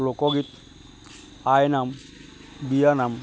লোকগীত আইনাম বিয়ানাম